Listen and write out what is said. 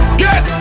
get